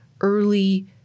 early